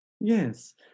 Yes